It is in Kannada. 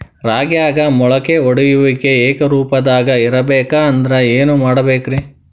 ರಾಗ್ಯಾಗ ಮೊಳಕೆ ಒಡೆಯುವಿಕೆ ಏಕರೂಪದಾಗ ಇರಬೇಕ ಅಂದ್ರ ಏನು ಮಾಡಬೇಕ್ರಿ?